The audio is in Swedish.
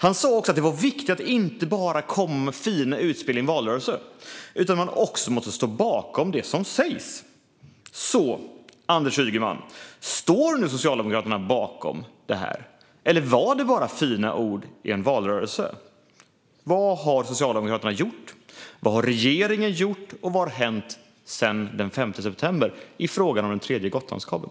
Han sa att det var viktigt att inte bara komma med fina utspel i en valrörelse utan att man också måste stå bakom det som sägs. Så, Anders Ygeman: Står nu Socialdemokraterna bakom detta, eller var det bara fina ord i en valrörelse? Vad har Socialdemokraterna gjort, vad har regeringen gjort och vad har hänt sedan den 5 september i frågan om en tredje Gotlandskabel?